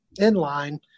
Inline